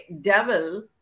devil